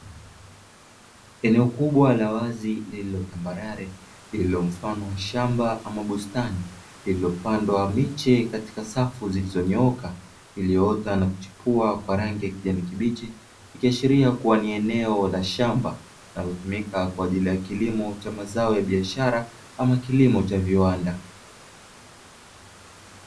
Eneo kubwa la wazi lililo tambarare lililo mfano wa shamba ama bustani lililopandwa miche katika safu zilizonyooka iliyoota na kuchipua kwa rangi ya kijani kibichi, ikiashiria kuwa ni eneo la shamba linalotumika kwa ajili ya kilimo cha mazao ya biashara ama kilimo cha viwanda.